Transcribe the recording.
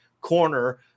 corner